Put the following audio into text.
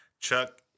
chuck